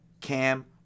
Cam